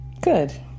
Good